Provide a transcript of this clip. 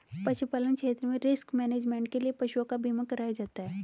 पशुपालन क्षेत्र में रिस्क मैनेजमेंट के लिए पशुओं का बीमा कराया जाता है